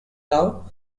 rao